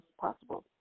possible